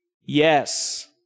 Yes